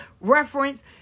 reference